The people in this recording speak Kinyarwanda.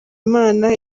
imana